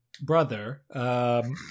Brother